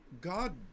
God